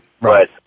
right